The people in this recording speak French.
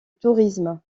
tourisme